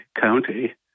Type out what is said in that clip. county